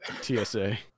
TSA